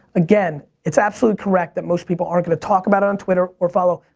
again, it's absolutely correct that most people aren't gonna talk about it on twitter or follow,